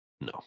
No